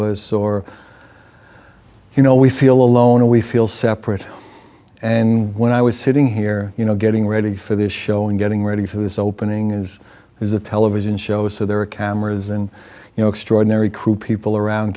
us or you know we feel alone or we feel separate and when i was sitting here you know getting ready for this show and getting ready for his opening is there's a television show so there are cameras and you know extraordinary crew people around